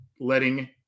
letting